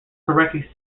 correctly